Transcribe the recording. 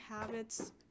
habits